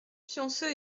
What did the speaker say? pionceux